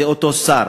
זה אותו שר.